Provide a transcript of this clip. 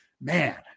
man